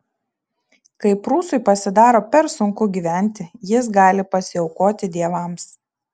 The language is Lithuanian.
kai prūsui pasidaro per sunku gyventi jis gali pasiaukoti dievams